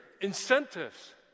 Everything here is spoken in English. incentives